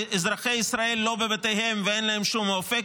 ואזרחי ישראל לא בבתיהם ואין להם שום אופק,